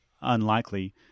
unlikely